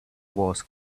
wars